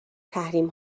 تحریم